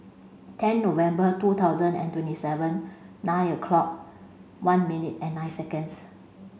ten November two thousand and twenty seven nine o'clock one minute and nine seconds